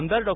आमदार डॉ